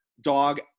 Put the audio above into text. Dog